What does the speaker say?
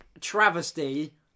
Travesty